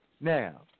Now